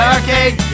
Arcade